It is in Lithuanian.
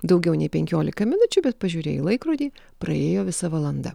daugiau nei penkiolika minučių bet pažiūrėjai į laikrodį praėjo visa valanda